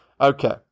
Okay